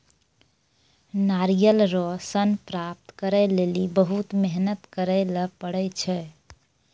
नारियल रो सन प्राप्त करै लेली बहुत मेहनत करै ले पड़ै छै